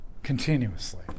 Continuously